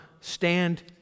Stand